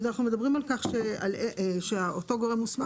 אנחנו מדברים על כך שאותו גורם מוסמך